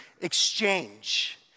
exchange